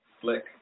Flick